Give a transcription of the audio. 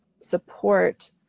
support